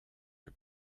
her